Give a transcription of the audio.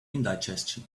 indigestion